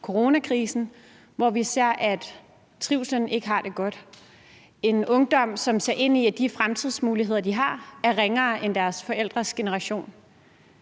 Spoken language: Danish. coronakrisen, hvor vi så, at trivslen ikke var god; en ungdom, som ser ind i, at de fremtidsmuligheder, de har, er ringere end deres forældres generations.